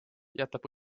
jätab